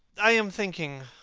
i am thinking,